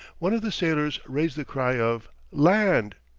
one of the sailors raised the cry of land.